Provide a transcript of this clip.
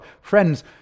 Friends